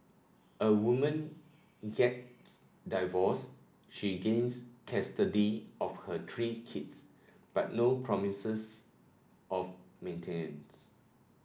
a woman gets divorced she gains custody of her three kids but no promises of maintenance